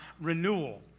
renewal